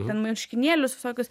ten marškinėlius visokius